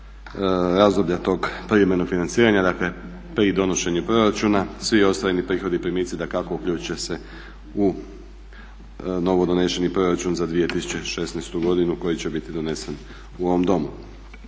razdoblja tog privremenog financiranja, dakle pri donošenju proračuna svi ostvareni prihodi i primici, dakako uključuju se u novo donešeni proračun za 2016. godinu koji će biti donesen u ovom Domu.